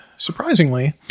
Surprisingly